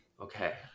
Okay